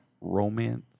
romance